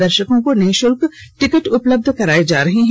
दर्शकों को निशुल्क टिकट उपलब्ध कराए जा रहे हैं